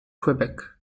quebec